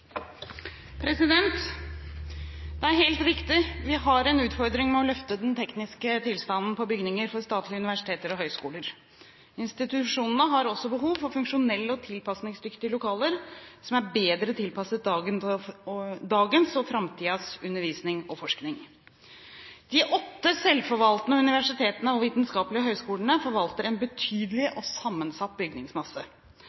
Det er helt riktig at vi har en utfordring med å løfte den tekniske tilstanden på bygninger for statlige universiteter og høyskoler. Institusjonene har også behov for funksjonelle og tilpasningsdyktige lokaler som er bedre tilpasset dagens og framtidens undervisning og forskning. De åtte selvforvaltende universitetene og vitenskapelige høyskolene forvalter en